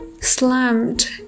slammed